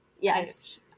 Yes